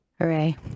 Hooray